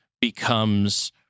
becomes